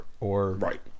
Right